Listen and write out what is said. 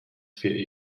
für